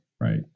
right